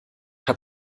hat